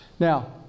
Now